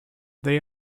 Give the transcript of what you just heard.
they